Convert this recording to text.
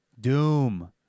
Doom